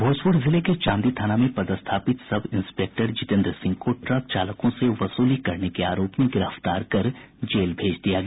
भोजपुर जिले के चांदी थाना में पदस्थापित सब इंस्पेक्टर जितेन्द्र सिंह को ट्रक चालकों से वसूली करने के आरोप में गिरफ्तार कर जेल भेज दिया गया